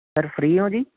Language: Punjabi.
ਸਰ ਫਰੀ ਹੋ ਜੀ